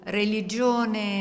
religione